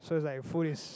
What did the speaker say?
so it's like food is